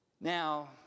Now